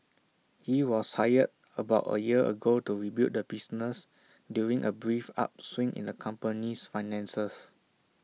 he was hired about A year ago to rebuild the business during A brief upswing in the company's finances